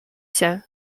się